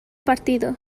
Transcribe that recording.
partido